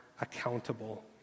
accountable